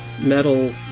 metal